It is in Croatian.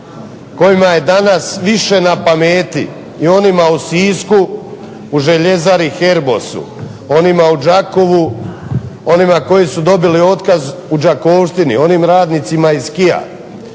kojima je danas više na pameti i onima u Sisku, u Željezari u Herbosu, onima u Đakovu, onima koji su dobili otkaz u Đakovštini, onim radnicima iz KIO-a.